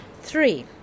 three